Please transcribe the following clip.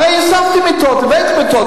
הרי הוספתי מיטות, הבאתי מיטות.